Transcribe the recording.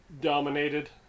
dominated